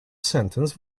sentence